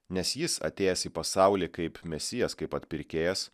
nes jis atėjęs į pasaulį kaip mesijas kaip atpirkėjas